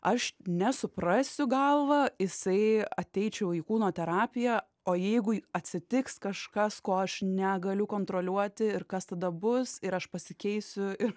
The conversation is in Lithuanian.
aš nesuprasiu galvą jisai ateičiau į kūno terapiją o jeigu atsitiks kažkas ko aš negaliu kontroliuoti ir kas tada bus ir aš pasikeisiu ir